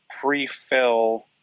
pre-fill